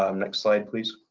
um next slide, please.